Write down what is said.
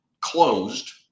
closed